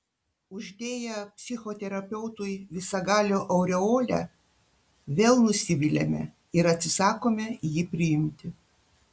uždėję psichoterapeutui visagalio aureolę vėl nusiviliame ir atsisakome jį priimti